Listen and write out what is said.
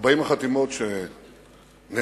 40 החתימות שנאספו